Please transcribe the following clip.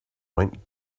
went